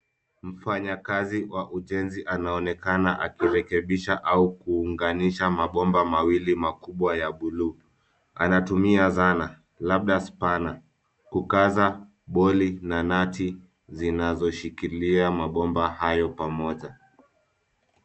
Mfanyakazi wa ujenzi anaonekana akirekebisha au kuunganisha mabomba mawili makubwa ya buluu . Anatumia zana, labda spana kukaza boli na nati zinazoshikilia mabomba hayo pamoja.